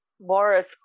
Morris